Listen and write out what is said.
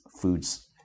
foods